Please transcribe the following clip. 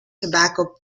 tobacco